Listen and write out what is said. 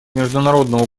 международного